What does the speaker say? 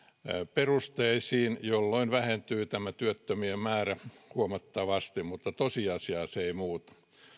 perusteisiin jolloin vähentyy tämä työttömien määrä huomattavasti mutta tosiasiaa se ei muuta